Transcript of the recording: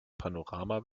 panorama